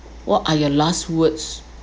what are your last words